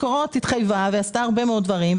מקורות התחייבה ועשתה הרבה מאוד דברים,